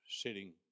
sitting